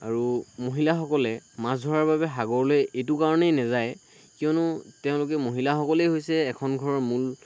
আৰু মহিলাসকলে মাছ ধৰাৰ বাবে সাগৰলৈ এইটো কাৰণেই নাযায় কিয়নো তেওঁলোকে মহিলাসকলেই হৈছে এখন ঘৰৰ মূল